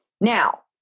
Now